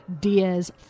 Diaz